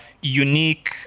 unique